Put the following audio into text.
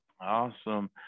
Awesome